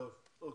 בסדר.